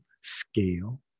scale